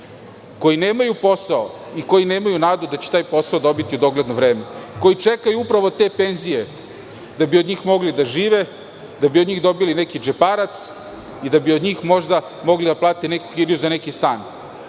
koji nemaju posao i koji nemaju nadu da će taj posao dobiti u dogledno vreme, koji čekaju upravo te penzije da bi od njih mogli da žive, da bi od njih dobili neki džeparac i da bi od njih možda mogli da plate neku kiriju za neki stan.